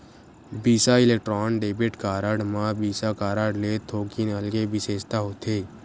बिसा electron debit card म Visa card ले थोकिन अलगे बिसेसता होथे